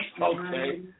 Okay